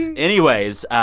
and anyways,